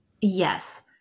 Yes